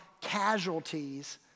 casualties